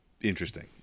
Interesting